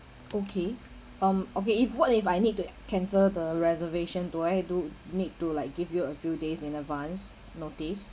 okay um okay if what if I need to cancel the reservation do I do need to like give you a few days in advance notice